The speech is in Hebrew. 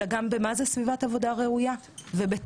אלא גם מה זה סביבת עבודה ראויה ובטוחה.